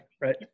Right